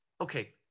okay